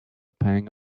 pang